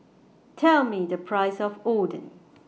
Tell Me The Price of Oden